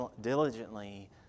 diligently